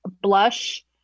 blush